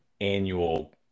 annual